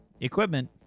equipment